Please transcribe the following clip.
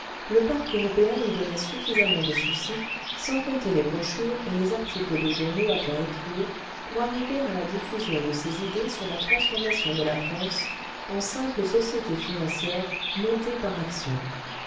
le parc européen lui donnait suffisamment de soucis sans compter les brochures et les articles de journaux à faire écrire pour arriver à la diffusion de ses idées sur la transformation de la france en simple société financière montée par actions